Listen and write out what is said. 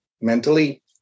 mentally